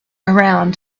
around